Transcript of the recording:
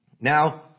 Now